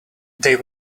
they